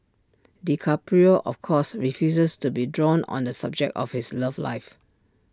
DiCaprio of course refuses to be drawn on the subject of his love life